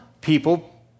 people